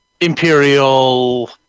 imperial